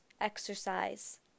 exercise